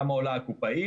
כמה עולה הקופאית,